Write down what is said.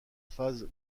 phase